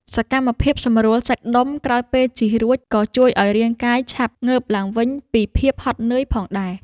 សកម្មភាពសម្រួលសាច់ដុំក្រោយពេលជិះរួច ក៏ជួយឱ្យរាងកាយឆាប់ងើបឡើងវិញពីភាពហត់នឿយផងដែរ។